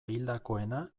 hildakoena